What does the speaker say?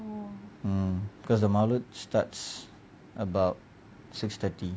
um because the mouluth starts about six thirty